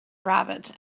rabbit